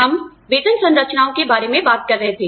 हम वेतन संरचनाओं के बारे में बात कर रहे थे